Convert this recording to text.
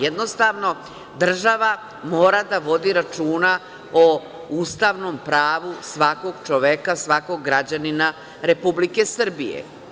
Jednostavno, država mora da vodi računa o ustavnom pravu svakog čoveka, svakog građanina Republike Srbije.